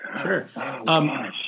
Sure